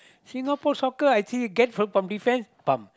Singapore soccer I say get from defense pump